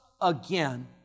again